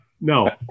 No